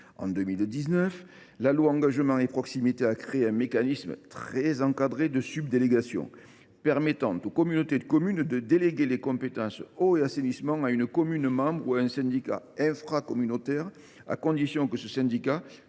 dite loi Engagement et Proximité, a créé un mécanisme très encadré de subdélégation, permettant aux communautés de communes de déléguer les compétences « eau » et « assainissement » à une commune membre ou à un syndicat infracommunautaire, à condition que ce syndicat